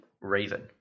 Raven